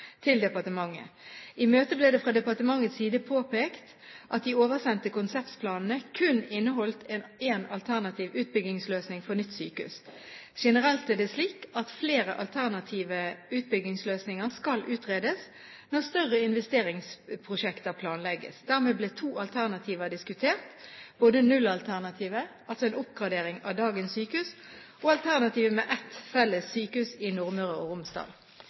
til departementet. I møtet ble det fra departementets side påpekt at de oversendte konseptplanene kun inneholdt én alternativ utbyggingsløsning for nytt sykehus. Generelt er det slik at flere alternative utbyggingsløsninger skal utredes når større investeringsprosjekter planlegges. Dermed ble to alternativer diskutert – både nullalternativet, altså en oppgradering av dagens sykehus, og alternativet med ett felles sykehus i Nordmøre og Romsdal.